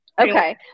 Okay